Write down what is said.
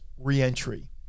reentry